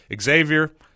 Xavier